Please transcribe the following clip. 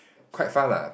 quite far lah